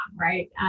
right